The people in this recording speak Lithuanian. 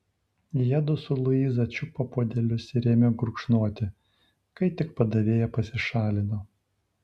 jiedu su luiza čiupo puodelius ir ėmė gurkšnoti kai tik padavėja pasišalino